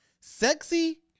sexy